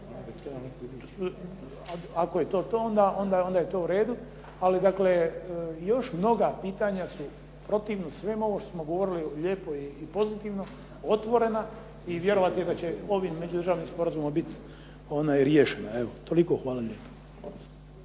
Ako je to to, onda je to u redu. Ali dakle još mnoga pitanja su protivno svemu ovom što smo govorili lijepo i pozitivno otvorena i vjerovati je da će ovi međudržavnim sporazumom biti riješena. Evo toliko. Hvala